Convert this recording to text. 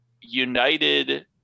United